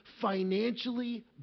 financially